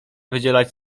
wydzielać